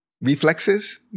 reflexes